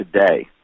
today